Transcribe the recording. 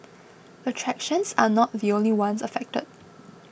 attractions are not the only ones affected